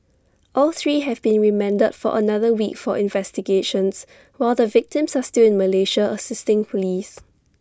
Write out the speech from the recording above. all three have been remanded for another week for investigations while the victims are still in Malaysia assisting Police